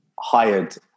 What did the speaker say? hired